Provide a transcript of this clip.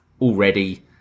already